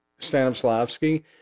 Stanislavski